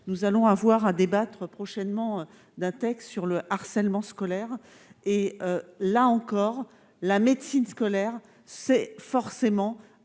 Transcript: Nous aurons à débattre prochainement d'un texte sur le harcèlement scolaire. Là encore, la médecine scolaire est forcément